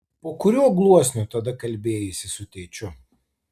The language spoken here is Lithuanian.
po kuriuo gluosniu tada kalbėjaisi su tėčiu